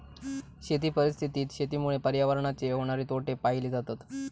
शेती परिस्थितीत शेतीमुळे पर्यावरणाचे होणारे तोटे पाहिले जातत